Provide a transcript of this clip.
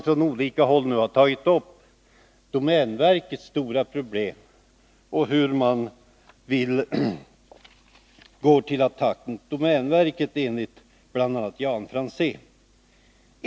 Från olika håll — bl.a. av Jan Fransson — har nu domänverkets stora problem tagits upp samt frågan om hur domänverket attackeras.